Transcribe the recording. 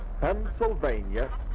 Pennsylvania